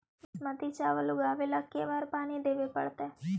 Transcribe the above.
बासमती चावल उगावेला के बार पानी देवे पड़तै?